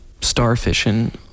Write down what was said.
starfishing